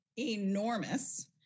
enormous